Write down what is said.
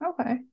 Okay